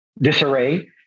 disarray